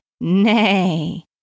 Nay